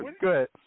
Good